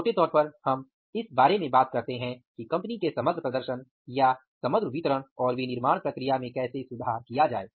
मोटे तौर पर हम इस बारे में बात करते हैं कि कंपनी के समग्र प्रदर्शन या समग्र वितरण और विनिर्माण प्रक्रिया में कैसे सुधार किया जाये